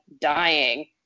dying